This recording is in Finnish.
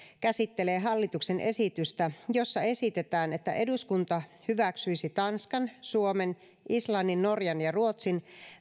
käsittelee hallituksen esitystä jossa esitetään että eduskunta hyväksyisi tanskan suomen islannin norjan ja ruotsin